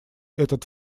этот